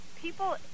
people